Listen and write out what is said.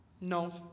No